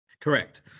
Correct